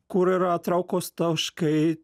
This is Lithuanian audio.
kur yra traukos taškai